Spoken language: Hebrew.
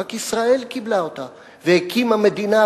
רק ישראל קיבלה אותה והקימה מדינה,